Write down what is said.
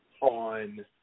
on